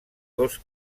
dos